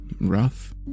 Rough